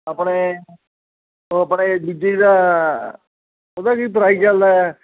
ਆਪਣੇ ਉਹ ਆਪਣੇ ਉਹਦਾ ਕੀ ਪ੍ਰਾਈਜ਼ ਚੱਲਦਾ ਆ